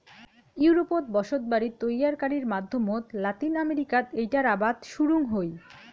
ইউরোপত বসতবাড়ি তৈয়ারকারির মাধ্যমত লাতিন আমেরিকাত এ্যাইটার আবাদ শুরুং হই